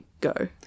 go